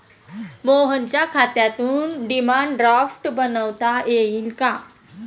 मोहनच्या खात्यातून demand draft बनवता येईल का?